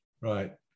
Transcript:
Right